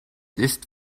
ist